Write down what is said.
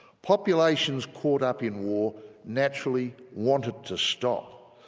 populations caught up in war naturally want it to stop,